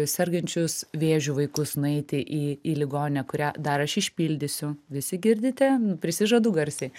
sergančius vėžiu vaikus nueiti į į ligoninę kurią dar aš išpildysiu visi girdite prisižadu garsiai